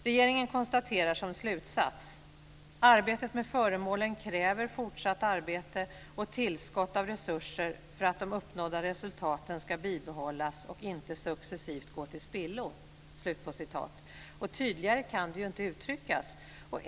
Regeringen konstaterar som slutsats: "Arbetet med föremålen kräver fortsatt arbete och tillskott av resurser för att de uppnådda resultaten ska bibehållas och inte successivt gå till spillo." Och tydligare kan det ju inte uttryckas.